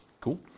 Cool